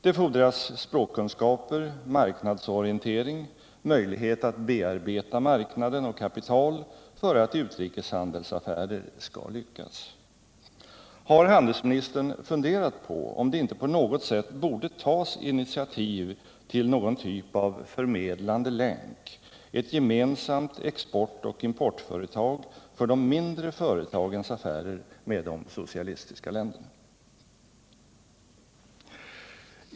Det fordras språkkunskaper, marknadsorientering, möjlighet att bearbeta marknaden och kapital för att utrikeshandelsaffärer skall lyckas. Har handelsministern funderat på om det inte på något sätt borde tas initiativ till någon typ av förmedlande länk, ett gemensamt export och importföretag för de mindre företagens affärer med de socialistiska länderna”?